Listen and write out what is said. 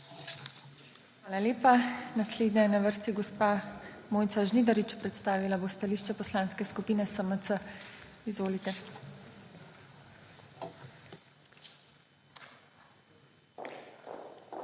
Hvala lepa. Naslednja je na vrsti gospa Mojca Žnidarič. Predstavila bo stališče Poslanske skupine SMC. Izvolite. **MOJCA